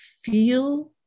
feel